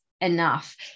enough